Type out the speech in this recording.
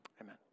amen